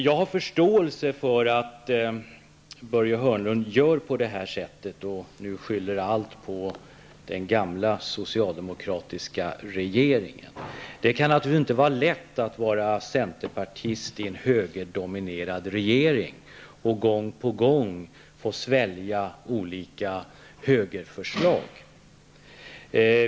Jag har förståelse för att Börje Hörnlund gör så här och nu skyller allt på den gamla socialdemokratiska regeringen. Det kan naturligtvis inte vara lätt att vara centerpartist i en högerdominerad regering och gång på gång svälja olika högerförslag.